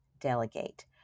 delegate